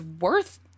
worth